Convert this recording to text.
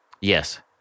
yes